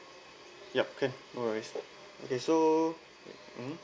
ya can no worries okay so mm